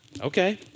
Okay